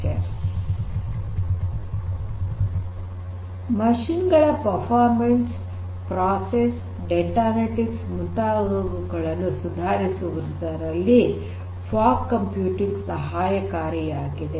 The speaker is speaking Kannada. ಯಂತ್ರಗಳ ಕಾರ್ಯಕ್ಷಮತೆ ಪ್ರೋಸೆಸ್ ಡೇಟಾ ಅನಲಿಟಿಕ್ಸ್ ಮುಂತಾದವುಗಳನ್ನು ಸುಧಾರಿಸುವುದರಲ್ಲಿ ಫಾಗ್ ಕಂಪ್ಯೂಟಿಂಗ್ ಸಹಾಯಕಾರಿಯಾಗಿದೆ